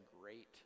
great